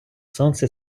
сонце